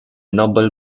noble